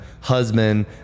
husband